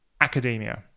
academia